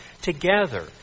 together